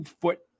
foot